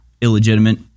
illegitimate